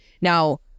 now